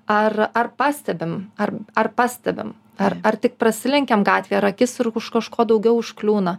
ar ar pastebim ar ar pastebim ar ar tik prasilenkiam gatvėj ar akis už kažko daugiau užkliūna